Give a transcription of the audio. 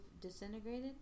disintegrated